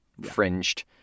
fringed